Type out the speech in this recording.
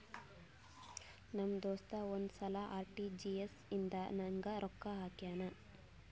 ನಮ್ ದೋಸ್ತ ಒಂದ್ ಸಲಾ ಆರ್.ಟಿ.ಜಿ.ಎಸ್ ಇಂದ ನಂಗ್ ರೊಕ್ಕಾ ಹಾಕ್ಯಾನ್